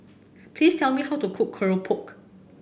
please tell me how to cook keropok